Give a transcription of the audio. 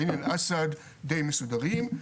עין אל אסד די מסודרים.